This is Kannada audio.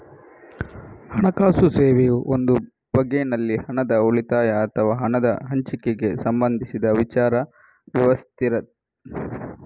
ಹಣಕಾಸು ಸೇವೆಯು ಒಂದು ಬಗೆನಲ್ಲಿ ಹಣದ ಉಳಿತಾಯ ಅಥವಾ ಹಣದ ಹಂಚಿಕೆಗೆ ಸಂಬಂಧಿಸಿದ ವಿಚಾರ ವಿವರಿಸ್ತದೆ